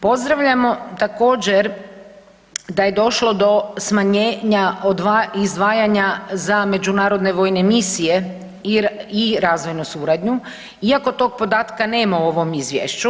Pozdravljamo također da je došlo do smanjenja izdvajanja za međunarodne vojne misije i razvojnu suradnju iako tog podatka nema u ovom izvješću.